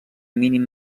mínim